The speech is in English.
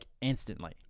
instantly